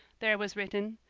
there was written,